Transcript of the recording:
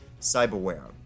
cyberware